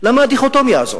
למה הדיכוטומיה הזאת?